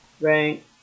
right